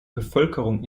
bevölkerung